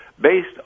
based